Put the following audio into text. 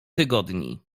tygodni